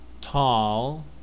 Tall